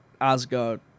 Asgard